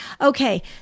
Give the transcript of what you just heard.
okay